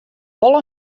wol